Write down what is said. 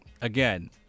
Again